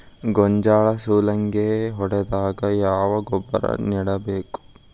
ಗೋಂಜಾಳ ಸುಲಂಗೇ ಹೊಡೆದಾಗ ಯಾವ ಗೊಬ್ಬರ ನೇಡಬೇಕು?